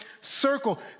circle